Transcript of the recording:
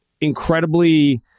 incredibly